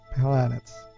planets